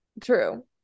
True